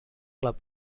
club